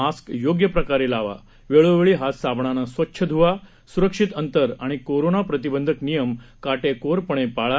mask योग्य प्रकारे लावा वेळोवेळी हात साबणाने स्वच्छ धुवा सुरक्षित अंतर आणि कोरोना प्रतिबंधक नियम काटेकोरपणे पाळा